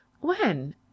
When